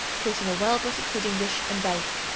put in a well-buttered pudding-dish and bake